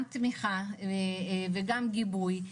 גם תמיכה וגם גיבוי,